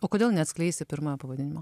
o kodėl neatskleisi pirmojo pavadinimo